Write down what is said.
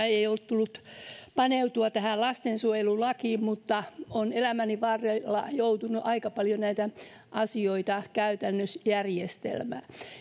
ei ei ole tullut paneuduttua tähän lastensuojelulakiin mutta olen elämäni varrella joutunut aika paljon näitä asioita käytännössä järjestelemään